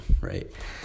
right